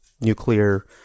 nuclear